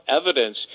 evidence